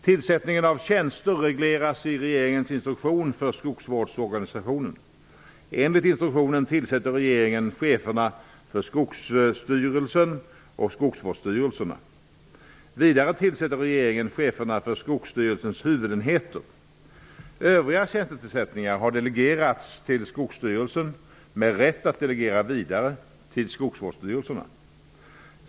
Tillsättningen av tjänster regleras i regeringens instruktion för skogsvårdsorganisationen. Enligt instruktionen tillsätter regeringen cheferna för Skogsstyrelsen och skogsvårdsstyrelserna. Vidare tillsätter regeringen cheferna för Skogsstyrelsens huvudenheter. Övriga tjänstetillsättningar har delegerats till Skogsstyrelsen med rätt att delegera vidare till skogsvårdsstyrelserna.